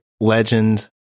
legend